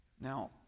Now